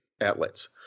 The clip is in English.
outlets